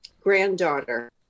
Granddaughter